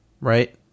right